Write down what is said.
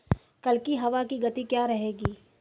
कल की हवा की गति क्या रहेगी?